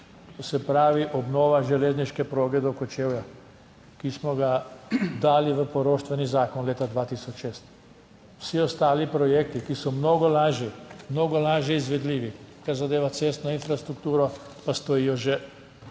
to se pravi obnova železniške proge do Kočevja, ki smo ga dali v poroštveni zakon leta 2006. Vsi ostali projekti, ki so mnogo lažji, mnogo lažje izvedljivi, kar zadeva cestno infrastrukturo, pa stojijo že